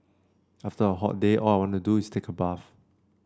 after a hot day all I want to do is take a bath